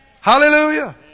Hallelujah